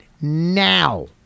now